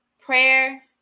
prayer